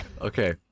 Okay